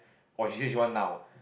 oh she say she want now